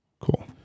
cool